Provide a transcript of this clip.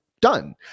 done